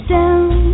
down